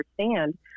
understand